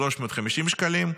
שקלים,